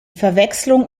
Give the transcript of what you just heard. verwechslung